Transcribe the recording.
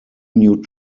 new